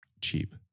cheap